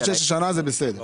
מה שיש השנה, זה בסדר.